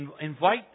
invite